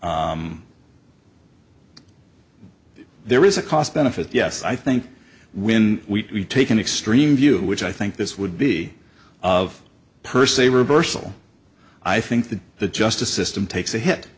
there is a cost benefit yes i think when we take an extreme view which i think this would be of per se reversal i think that the justice system takes a hit